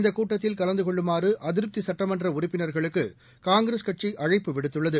இந்தக் கூட்டத்தில் கலந்து கொள்ளுமாறு அதிருப்தி சட்டமன்ற உறுப்பினர்களுக்கு காங்கிரஸ் கட்சி அழைப்பு விடுத்துள்ளது